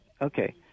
okay